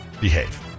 behave